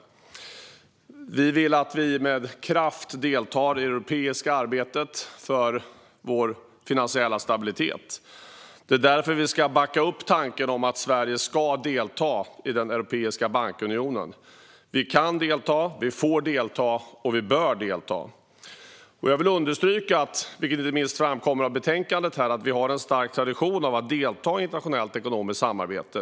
Liberalerna vill att Sverige med kraft deltar i det europeiska arbetet för vår finansiella stabilitet. Det är därför vi ska backa upp tanken att Sverige ska delta i den europeiska bankunionen. Vi kan delta, vi får delta och vi bör delta. Jag vill understryka att vi, vilket inte minst framkommer i betänkandet, har en stark tradition av att delta i internationellt ekonomiskt samarbete.